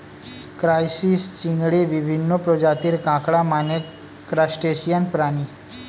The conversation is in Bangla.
ক্রাইসিস, চিংড়ি, বিভিন্ন প্রজাতির কাঁকড়া মানে ক্রাসটেসিয়ান প্রাণী